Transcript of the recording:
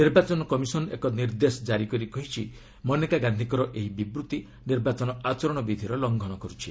ନିର୍ବାଚନ କମିଶନ୍ ଏକ ନିର୍ଦ୍ଦେଶ ଜାରି କରି କହିଛି ମନେକା ଗାନ୍ଧିଙ୍କର ଏହି ବିବୃତ୍ତି ନିର୍ବାଚନ ଆଚରଣ ବିଧିର ଲଙ୍ଘନ କରୁଛି